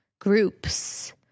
groups